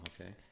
Okay